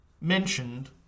mentioned